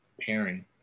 pairing